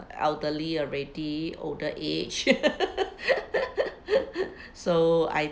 elderly already older age so I